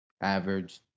Average